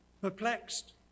perplexed